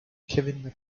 kevin